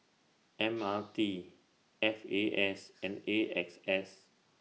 M R T F A S and A X S